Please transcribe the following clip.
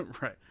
Right